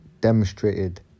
demonstrated